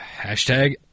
Hashtag